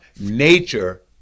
nature